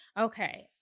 Okay